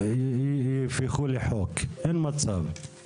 שלא יהפכו באמצעותי לחוק, אין מצב,